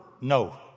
no